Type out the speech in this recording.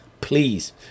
Please